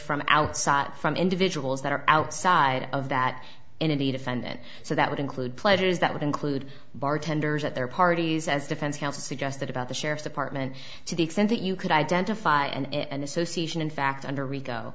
from outside from individuals that are outside of that energy defendant so that would include pledges that would include bartenders at their parties as defense counsel suggested about the sheriff's department to the extent that you could identify and association in fact under rico